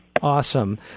Awesome